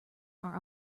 are